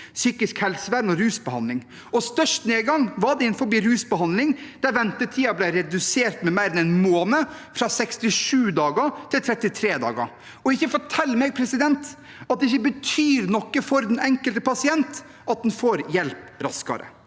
psykisk helsevern og rusbehandling ble redusert. Størst nedgang var det innenfor rusbehandling, der ventetiden ble redusert med mer enn en måned, fra 67 til 33 dager. Og ikke fortell meg at det ikke betyr noe for den enkelte pasient at en får hjelp raskere.